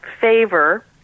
favor